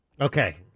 Okay